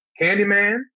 Candyman